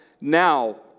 now